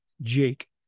Jake